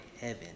Heaven